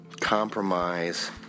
compromise